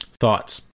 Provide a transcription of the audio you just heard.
Thoughts